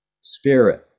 spirit